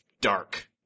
dark